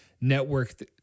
Network